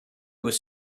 was